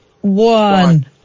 One